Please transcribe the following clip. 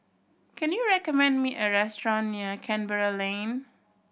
can you recommend me a restaurant near Canberra Lane